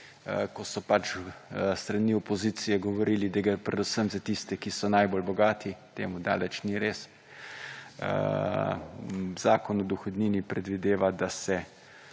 ko so pač s strani opozicije govorili, da gre predvsem za tiste, ki so najbolj bogati. Temu daleč ni res. Zakon o dohodnini predvideva, da se,